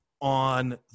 on